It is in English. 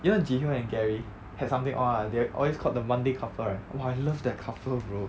you know ji hyo and gary had something on ah they are always called the monday couple right !wah! I love that couple bro